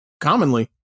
commonly